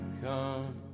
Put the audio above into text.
come